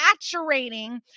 saturating